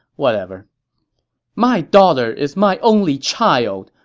whatever my daughter is my only child!